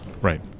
Right